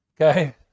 okay